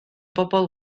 bobl